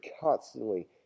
constantly